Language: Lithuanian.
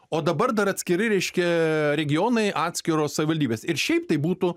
o dabar dar atskiri reiškia regionai atskiros savivaldybės ir šiaip tai būtų